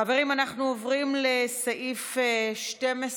חברים, אנחנו עוברים לסעיף 12: